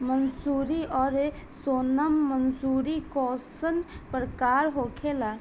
मंसूरी और सोनम मंसूरी कैसन प्रकार होखे ला?